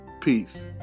peace